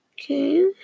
Okay